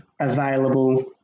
available